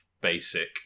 basic